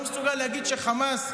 אתה לא מסוגל להגיד שחמאס,